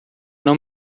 não